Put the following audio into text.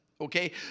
Okay